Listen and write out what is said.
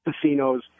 casinos